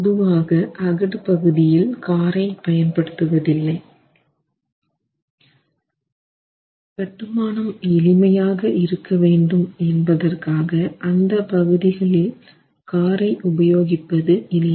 பொதுவாக அகடு பகுதியில் காரை பயன் படுத்துவதில்லை கட்டுமானம் எளிமையாக இருக்க வேண்டும் என்பதற்காக அந்தப் பகுதிகளில் காரை உபயோகிப்பது இல்லை